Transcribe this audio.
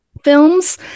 films